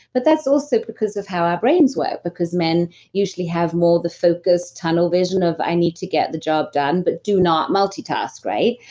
but that's also because of how our brains work, because men usually have more the focus, tunnel vision of i need to get the job done but do not multitask, right?